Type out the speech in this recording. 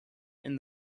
and